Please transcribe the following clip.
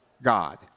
God